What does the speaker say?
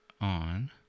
on